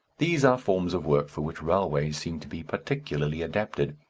these are forms of work for which railways seem to be particularly adapted,